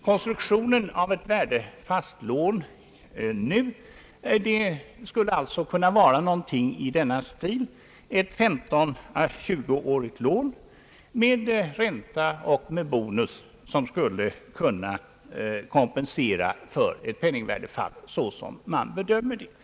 Konstruktionen av ett värdefast lån nu skulle alltså kunna vara någonting i denna stil — ett lån på 15 å 20 år med ränta och med bonus som skulle kunna kompensera för det penningvärdefall som man i dag bedömer som troligt.